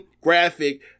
graphic